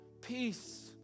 peace